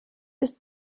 ist